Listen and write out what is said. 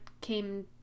came